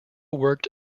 worked